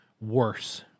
worse